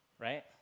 Right